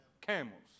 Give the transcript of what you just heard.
camels